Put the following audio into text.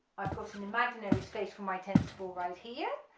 i've got an imaginary space for my tennis ball right here,